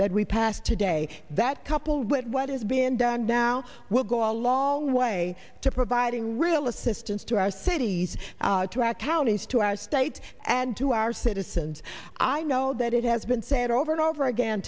that we passed today that coupled with what is being done now will go a long way to providing real assistance to our cities to add counties to as states and to our citizens i know that it has been said over and over again